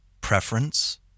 preference